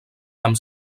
amb